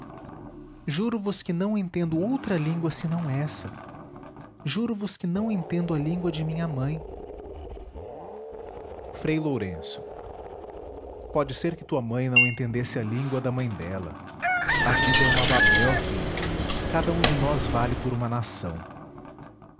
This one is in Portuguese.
vida juro vos que não entendo outra língua senão essa juro vos que não entendo a língua de minha mãe frei lourenço pode ser que tua mãe não entendesse a língua da mãe dela a vida é uma babel filha cada um de nós vale por uma nação